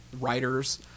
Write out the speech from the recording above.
writers